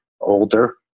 older